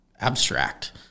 abstract